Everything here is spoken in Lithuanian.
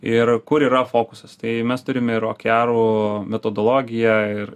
ir kur yra fokusas tai mes turime ir okearų metodologiją ir